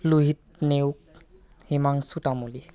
Lohit Neog Himanshu Tamuli